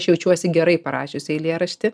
aš jaučiuosi gerai parašiusi eilėraštį